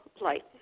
light